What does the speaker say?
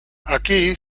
aquí